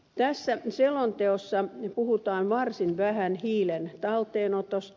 tässä selonteossa puhutaan varsin vähän hiilen talteenotosta